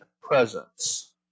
presence